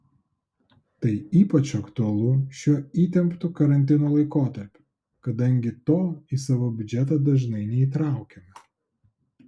tai ypač aktualu šiuo įtemptu karantino laikotarpiu kadangi to į savo biudžetą dažnai neįtraukiame